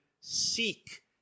seek